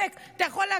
אתה יכול לחבק,